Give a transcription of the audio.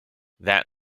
that